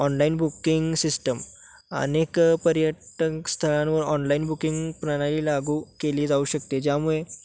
online booking system अनेक पर्यटन स्थळांवर ऑनलाईन बुकिंग प्रणाली लागू केली जाऊ शकते ज्यामुळे